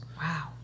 Wow